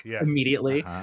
immediately